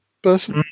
person